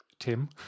Tim